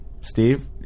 Steve